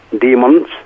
demons